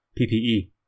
PPE